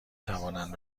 توانند